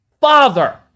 Father